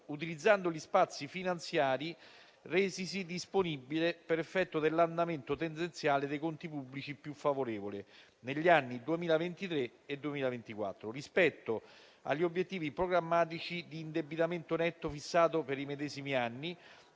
utilizzando gli spazi finanziari resisi disponibili per effetto dell'andamento tendenziale dei conti pubblici più favorevole negli anni 2023 e 2024, rispetto agli obiettivi programmatici di indebitamento netto fissato per i medesimi anni,